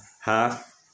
half